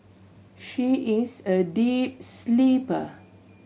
she is a deep sleeper